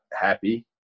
happy